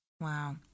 Wow